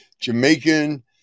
Jamaican